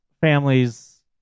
families